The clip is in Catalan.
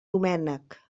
doménec